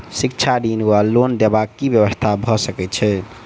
शिक्षा ऋण वा लोन देबाक की व्यवस्था भऽ सकै छै?